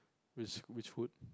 which which hood